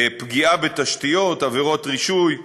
פגיעה בתשתיות, עבירות רישוי,